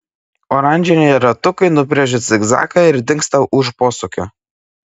oranžiniai ratukai nubrėžia zigzagą ir dingsta už posūkio